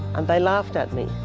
and they laughed at me.